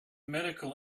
medical